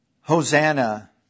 Hosanna